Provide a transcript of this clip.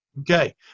Okay